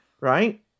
right